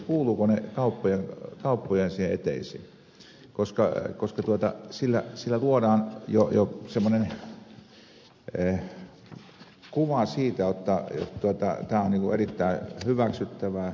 kuuluvatko ne kauppojen eteisiin koska niillä luodaan jo semmoinen kuva että tämä on erittäin hyväksyttävää ja helppoa